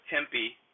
Tempe